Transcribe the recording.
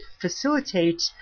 facilitate